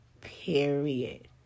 period